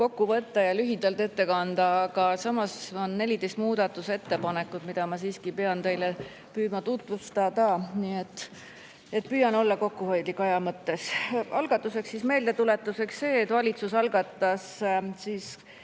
kokku võtta ja lühidalt ette kanda, aga samas on 14 muudatusettepanekut, mida ma siiski pean püüdma teile tutvustada. Aga püüan olla kokkuhoidlik aja mõttes. Algatuseks meeldetuletuseks see, et valitsus algatas